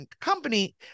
company